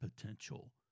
potential